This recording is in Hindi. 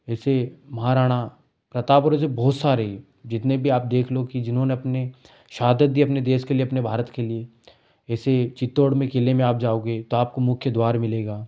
जैसे महाराणा प्रताप और ऐसे बहुत सारे जितने भी आप देख लो कि जिन्होंने अपने शहादत दी अपने देश के लिए अपने भारत के लिए ऐसे चित्तौड़ में किले में आप जाओगे तो आपको मुख्य द्वार मिलेगा